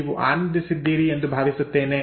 ನೀವು ಆನಂದಿಸಿದ್ದೀರಿ ಎಂದು ಭಾವಿಸುತ್ತೇನೆ